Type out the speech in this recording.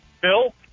Bill